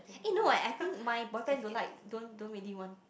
eh no eh I think my boyfriend don't like don't don't really want